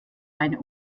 eine